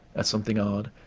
as something odd,